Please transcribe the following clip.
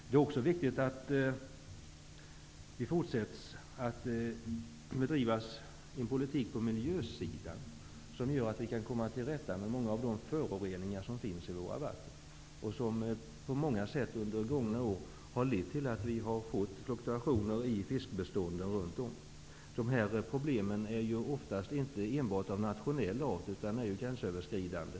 Det är också viktigt att fortsätta att bedriva en politik på miljösidan som kan komma till rätta med de föroreningar som finns i våra vatten och som på många sätt under de gångna åren har lett till fluktuationer i fiskbestånden runt om. Dessa problem är ju oftast inte av enbart nationell art, utan de är gränsöverskridande.